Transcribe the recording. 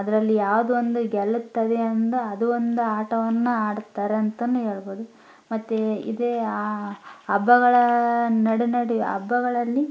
ಅದರಲ್ಲಿ ಯಾವ್ದು ಒಂದು ಗೆಲ್ಲುತ್ತದೆ ಎಂದು ಅದು ಒಂದು ಆಟವನ್ನು ಆಡುತ್ತಾರೆ ಅಂತನೂ ಹೇಳ್ಬೋದು ಮತ್ತು ಇದೇ ಹಬ್ಬಗಳ ನಡು ನಡುವೆ ಹಬ್ಬಗಳಲ್ಲಿ